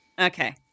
Okay